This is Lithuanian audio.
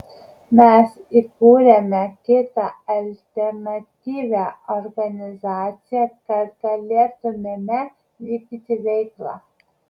mes įkūrėme kitą alternatyvią organizaciją kad galėtumėme vykdyti veiklą